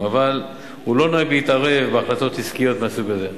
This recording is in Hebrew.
אבל הוא לא נוהג להתערב בהחלטות עסקיות מהסוג הזה.